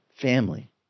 family